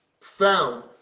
found